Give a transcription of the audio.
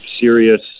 serious